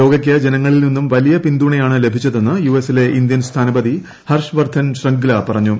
യോഗയ്ക്ക് ജനങ്ങളിൽ നിന്ന് വലിയ പിന്തുണയാണ് ലഭിച്ചതെന്ന് യു എസിലെ ഇന്ത്യൻ സ്ഥാനപതി ഹർഷ് വർധൻ ശൃംഗ്ല പറഞ്ഞു